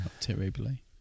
Terribly